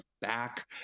back